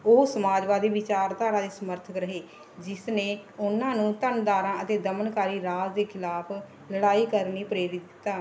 ਉਹ ਸਮਾਜਵਾਦੀ ਵਿਚਾਰਧਾਰਾ ਦੇ ਸਮਰਥਕ ਰਹੇ ਜਿਸ ਨੇ ਉਹਨਾਂ ਨੂੰ ਧੰਨਦਾਰਾਂ ਅਤੇ ਦਮਨਕਾਰੀ ਰਾਜ ਦੇ ਖਿਲਾਫ ਲੜਾਈ ਕਰਨ ਲਈ ਪ੍ਰੇਰਿਤ ਕੀਤਾ